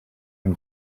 him